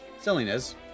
silliness